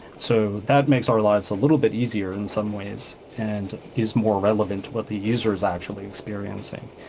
so that makes our lives a little bit easier in some ways and is more relevant to what the user is actually experiencing.